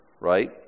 right